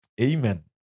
Amen